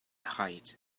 height